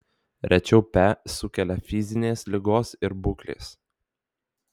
rečiau pe sukelia fizinės ligos ir būklės